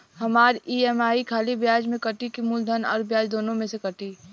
हमार ई.एम.आई खाली ब्याज में कती की मूलधन अउर ब्याज दोनों में से कटी?